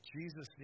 Jesus